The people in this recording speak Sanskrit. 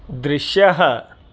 दृश्यः